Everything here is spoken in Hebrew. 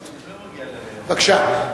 בבקשה.